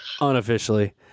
unofficially